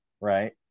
right